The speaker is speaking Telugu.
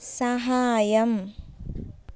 సహాయం